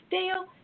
Dale